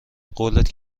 قولت